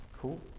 cool